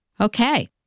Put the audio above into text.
Okay